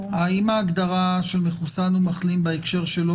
האם ההגדרה של מחוסן או מחלים בהקשר שלו